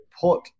put